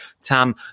Tam